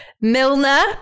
Milner